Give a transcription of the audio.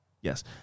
Yes